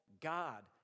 God